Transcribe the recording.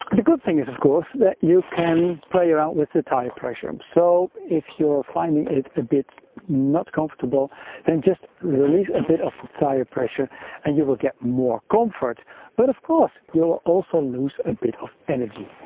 the good thing is of course that you. can play around with the tire pressure um so if you're finding it a bit not comfortable then just release a bit of the tire pressure and you will get more comfort but of course you'll also lose a bit of energy.